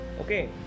okay